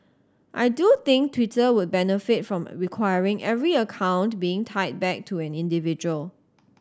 I do think Twitter would benefit from requiring every account being tied back to an individual